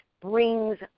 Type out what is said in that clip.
brings